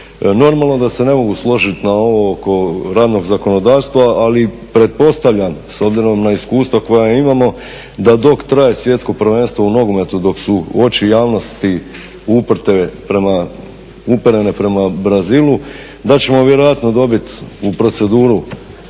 Normalno da se ne mogu složit na ovo oko radnog zakonodavstva, ali pretpostavljam s obzirom na iskustva koja imamo da dok traje Svjetsko prvenstvo u nogometu, dok su oči javnosti uperene prema Brazilu da ćemo vjerojatno dobit u proceduru